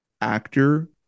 actor